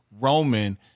Roman